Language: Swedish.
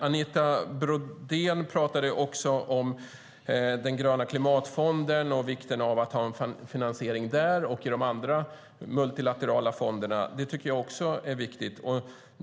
Anita Brodén talade också om den gröna klimatfonden och vikten av finansiering av den, liksom av andra multilaterala fonder. Det tycker också jag är viktigt.